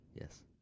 Yes